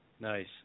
Nice